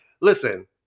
listen